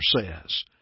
says